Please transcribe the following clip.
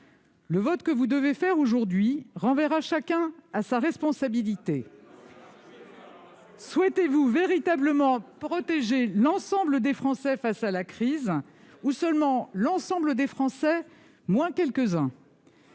Votre vote d'aujourd'hui renverra chacun à sa responsabilité ! Souhaitez-vous véritablement protéger l'ensemble des Français face à la crise, ou seulement l'ensemble des Français moins quelques-uns ?